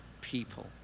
people